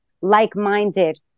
like-minded